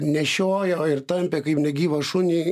nešiojo ir tampė kaip negyvą šunį